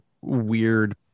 weird